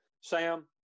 Sam